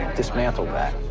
dismantled that.